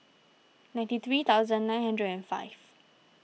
ninety three thousand nine hundred and five